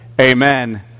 Amen